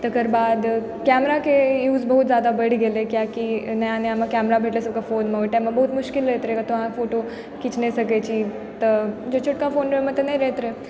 तकरबाद कैमराके यूज बहुत जादा बढ़ि गेलय किएक कि नया नयामे कैमरा भेटलइ सबके फोनमे ओइ टाइममे बहुत मुश्किल होइत रहय कतहु अहाँ फोटो खिच नहि सकय छी तऽ जे छोटका फोन रहय ओइमे तऽ नहि रहैत रहय